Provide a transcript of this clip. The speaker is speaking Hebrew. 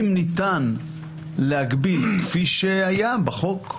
אם ניתן להגביל, כפי שהיה בחוק שלנו,